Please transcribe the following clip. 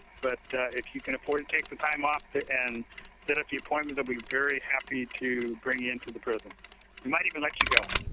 but if you can afford to take the time off and set up the appointment, they'll be very happy to bring you into the prison. we might even let you go.